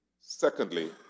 Secondly